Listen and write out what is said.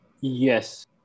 yes